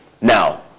Now